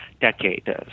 decade